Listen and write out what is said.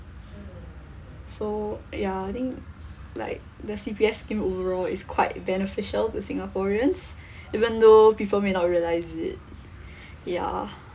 so ya I think like the C_P_F scheme overall is quite beneficial to singaporeans even though people may not realise it ya